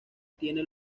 tiene